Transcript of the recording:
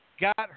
got